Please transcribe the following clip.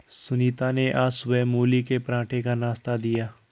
सुनीता ने आज सुबह मूली के पराठे का नाश्ता दिया